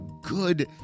good